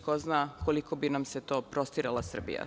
Ko zna koliko bi nam se prostirala Srbija.